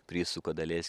prisuka daleis